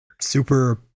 super